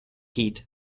heat